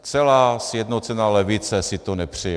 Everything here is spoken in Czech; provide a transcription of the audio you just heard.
Celá sjednocená levice si to nepřeje.